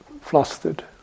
flustered